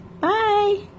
Bye